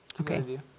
Okay